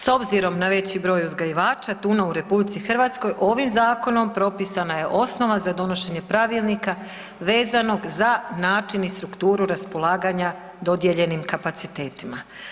S obzirom na veći broj uzgajivača tuna u RH ovim zakonom propisana je osnova za donošenje pravilnika vezanog za način i strukturu raspolaganja dodijeljenim kapacitetima.